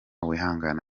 wihangana